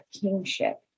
kingship